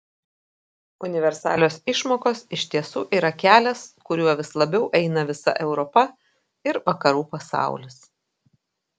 universalios išmokos iš tiesų yra kelias kuriuo vis labiau eina visa europa ir vakarų pasaulis